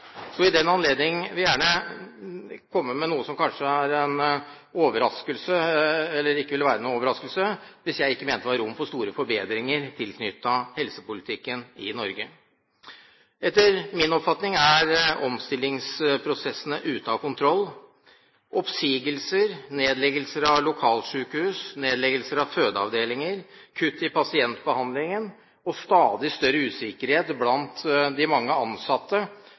I den anledning vil jeg gjerne komme med noe som kanskje er en overraskelse – eller som ikke ville være noen overraskelse, hvis jeg ikke mente det var rom for store forbedringer knyttet til helsepolitikken i Norge. Etter min oppfatning er omstillingsprosessene ute av kontroll. Oppsigelser, nedleggelser av lokalsykehus, nedleggelser av fødeavdelinger, kutt i pasientbehandling og stadig større usikkerhet blant de mange ansatte